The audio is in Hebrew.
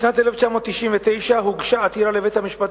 בשנת 1999 הוגשה עתירה לבית-המשפט